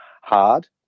hard